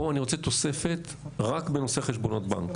אני רוצה תוספת רק בנושא חשבונות בנק,